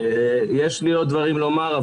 יש לי עוד דברים לומר,